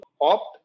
opt